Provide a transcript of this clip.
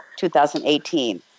2018